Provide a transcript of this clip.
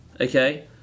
okay